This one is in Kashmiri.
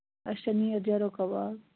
اَچھا نیر